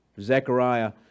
Zechariah